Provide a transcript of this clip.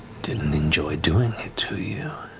didn't enjoy doing it to you.